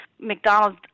McDonald's